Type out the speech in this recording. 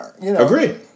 agree